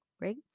right